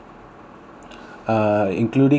ah including me three pax